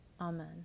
Amen